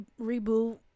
reboot